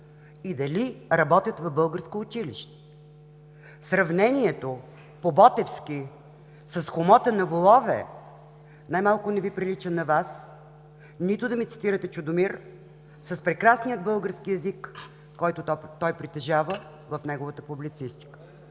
и дали работят в българско училище? Сравнението по Ботевски с хомота на волове, най-малко не Ви прилича на Вас нито да ми цитирате Чудомир с прекрасния български език, който той притежава в неговата публицистика.